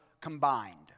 combined